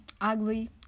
ugly